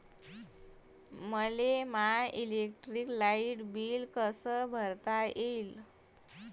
मले my electric light bill कस भरता येईल?